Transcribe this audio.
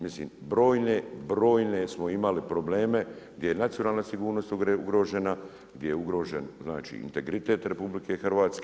Mislim brojne smo imali probleme gdje je nacionalna sigurnost ugrožena, gdje je ugrožen znači integritet RH.